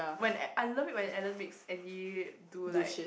when uh I love it when Ellen makes Andy do like